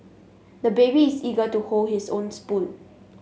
the baby is eager to hold his own spoon